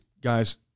guys